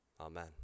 Amen